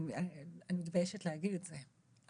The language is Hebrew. אני מתביישת להגיד את זה,